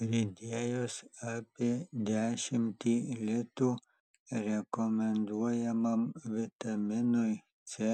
pridėjus apie dešimtį litų rekomenduojamam vitaminui c